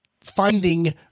finding